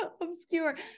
obscure